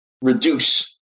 reduce